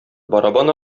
барабан